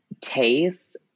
taste